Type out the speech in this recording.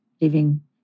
living